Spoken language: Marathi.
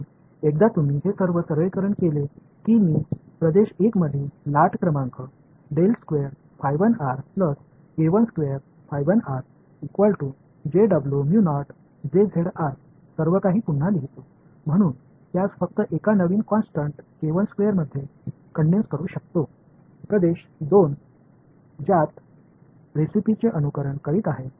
म्हणून एकदा तुम्ही हे सर्व सरलीकरण केले की मी प्रदेश 1 मधील लाट क्रमांक सर्वकाही पुन्हा लिहितो म्हणून त्यास फक्त एका नवीन कॉन्स्टन्ट मध्ये कंडेन्स करू शकतो प्रदेश 2 त्याच रेसिपीचे अनुसरण करीत आहे